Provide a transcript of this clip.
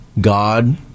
God